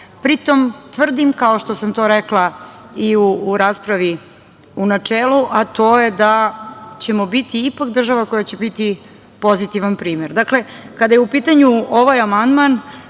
tom tvrdim, kao što sam to rekla, i u raspravi u načelu, a to je da ćemo biti ipak država koja će biti pozitivan primer. Dakle, kada je u pitanju ovaj amandman